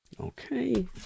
Okay